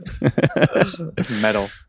Metal